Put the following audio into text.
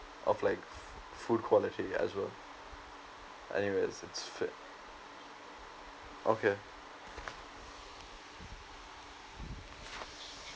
of like food quality as well anyway it's fi~ okay